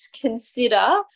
consider